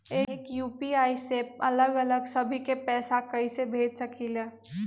एक यू.पी.आई से अलग अलग सभी के पैसा कईसे भेज सकीले?